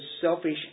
selfish